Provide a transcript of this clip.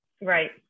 right